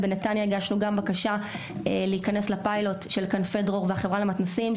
בנתניה גם הגשנו בקשה להיכנס לפיילוט של כנפי דרור והחברה למתנ"סים,